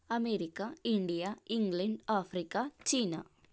America India England Africa China